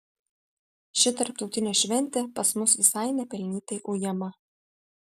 ši tarptautinė šventė pas mus visai nepelnytai ujama